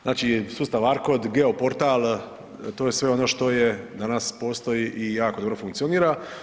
Znači sustav ARKOD, Geoportal, to je sve ono što je danas postoji i jako dobro funkcionira.